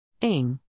Ing